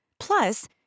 Plus